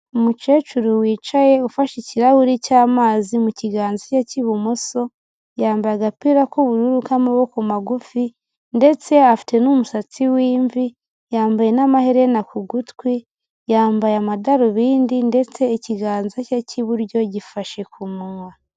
Umukecuru wicaye ufashe ikirahuri cy'amazi mu kiganza cye cy'ibumoso yambaye agapira k'ubururu k'amaboko magufi ndetse afite n'umusatsi w'imvi, yambaye n'amaherena ku gutwi, yambaye amadarubindi ndetse ikiganza cye cy'iburyo gifashe ku munwa.